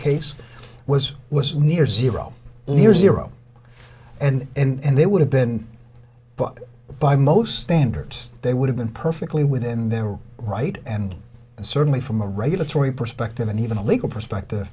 case was was near zero near zero and they would have been book by most standards they would have been perfectly within their right and certainly from a regulatory perspective and even a legal perspective